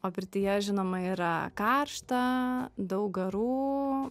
o pirtyje žinoma yra karšta daug garų